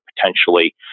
potentially